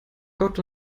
gott